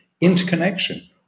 interconnection